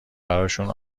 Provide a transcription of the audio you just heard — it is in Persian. براشون